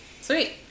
sweet